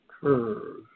curve